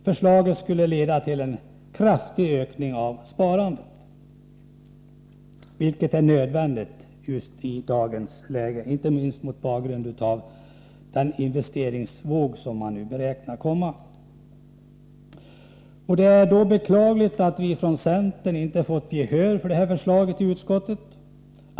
Förslaget skulle leda till en kraftig ökning av sparandet, vilket är nödvändigt just i dagens läge, inte minst mot bakgrund av den investeringsvåg som man nu beräknar skall komma. Det är beklagligt att vi från centern inte fått gehör för detta förslag i utskottet.